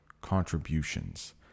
contributions